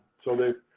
so they've